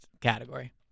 category